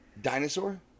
dinosaur